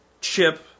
chip